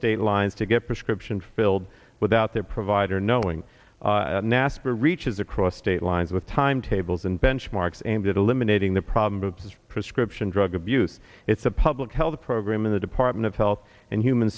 state lines to get prescription filled without their provider knowing naspers reaches across state lines with timetables and benchmarks and eliminating the problem of his prescription drug abuse it's a public health program in the department of health and human